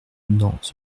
dans